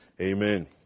Amen